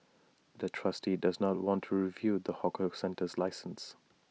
the trustee does not want to renew the hawker centre's license